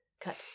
Cut